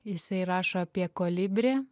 jisai rašo apie kolibrį